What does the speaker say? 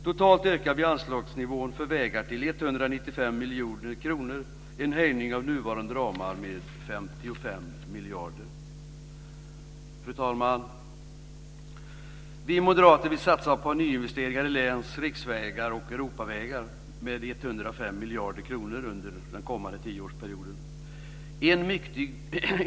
Totalt ökar vi anslagsnivån för vägar till 195 miljoner kronor. Det är en höjning av nuvarande ramar med 55 miljarder. Fru talman! Vi moderater vill satsa 105 miljarder kronor på nyinvesteringar i läns-, riks och Europavägar under den kommande tioårsperioden.